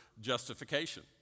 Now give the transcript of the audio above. justification